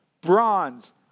bronze